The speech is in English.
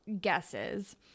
guesses